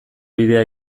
bidea